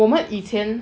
我们以前